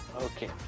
Okay